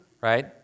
right